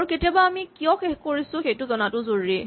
আৰু কেতিয়াবা আমি কিয় শেষ কৰিছো সেইটো জনাটো জৰুৰী